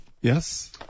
Yes